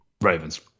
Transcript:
Ravens